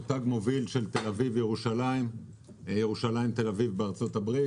מותג מוביל של תל-אביב-ירושלים וירושלים-תל-אביב בארצות-הברית